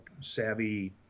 savvy